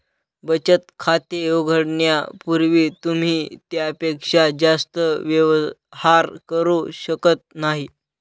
बचत खाते उघडण्यापूर्वी तुम्ही त्यापेक्षा जास्त व्यवहार करू शकत नाही